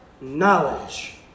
knowledge